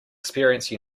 experience